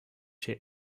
chez